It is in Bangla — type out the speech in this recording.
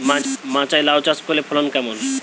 মাচায় লাউ চাষ করলে ফলন কেমন?